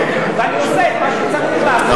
ואני עושה את מה שצריך לעשות.